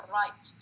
right